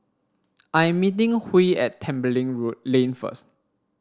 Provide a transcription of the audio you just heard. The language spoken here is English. I'm meeting Huey at Tembeling road Lane first